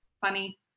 funny